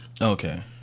Okay